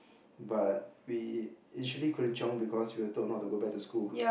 but we initially couldn't chiong because we were told not to go back to school